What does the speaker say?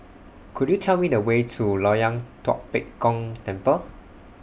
Could YOU Tell Me The Way to Loyang Tua Pek Kong Temple